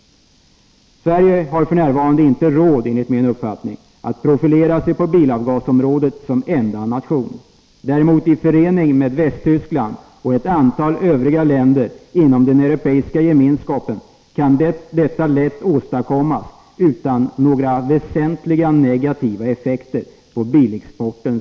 Sverige har enligt min uppfattning f. n. inte råd att som enda nation profilera sig på bilavgasområdet. Däremot kan man i förening med Västtyskland och ett antal övriga länder inom den europeiska gemenskapen nå samma resultat utan några väsentliga negativa effekter på bilexporten.